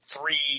three